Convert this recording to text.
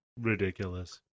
ridiculous